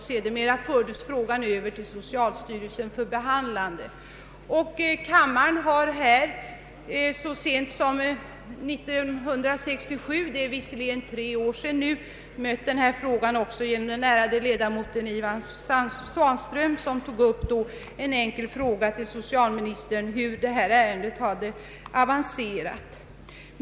Sedermera fördes frågan över till socialstyrelsen för behandling. Så sent som 1967 — det är visserligen redan tre år sedan — konfronterades kammaren med denna fråga genom den ärade ledamoten herr Ivan Svanström som ställde en enkel fråga till socialministern om hur detta ärende hade avance rat.